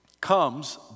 comes